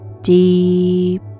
deep